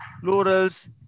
plurals